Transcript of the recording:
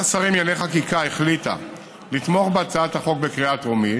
ועדת השרים לענייני חקיקה החליטה לתמוך בהצעת החוק בקריאה טרומית,